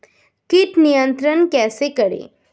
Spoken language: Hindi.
कीट नियंत्रण कैसे करें?